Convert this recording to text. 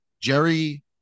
Jerry